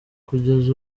kugeza